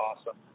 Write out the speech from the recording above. awesome